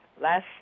Last